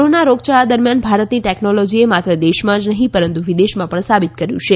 corona રોગચાળા દરમિયાન ભારતની ટેકનોલોજી એ માત્ર દેશમાં જ નહીં પરંતુ વિદેશમાં પણ સાબિત કર્યું છે